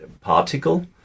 particle